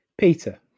Peter